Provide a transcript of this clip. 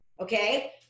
okay